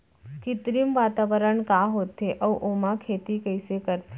कृत्रिम वातावरण का होथे, अऊ ओमा खेती कइसे करथे?